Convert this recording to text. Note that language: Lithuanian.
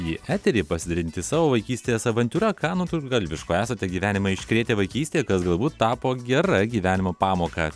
į eterį pasidalinti savo vaikystės avantiūra ką nutrūktgalviško esate gyvenimą iškrėtę vaikystėj kas galbūt tapo gera gyvenimo pamoka